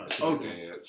Okay